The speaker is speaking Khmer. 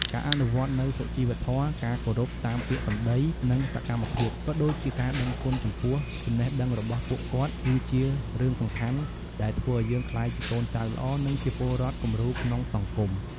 ការអនុវត្តនូវសុជីវធម៌ ការគោរពតាមពាក្យសម្ដី និងសកម្មភាព ក៏ដូចជាការដឹងគុណចំពោះចំណេះដឹងរបស់ពួកគាត់ គឺជារឿងសំខាន់ដែលធ្វើឲ្យយើងក្លាយជាកូនចៅល្អ និងជាពលរដ្ឋគំរូក្នុងសង្គម។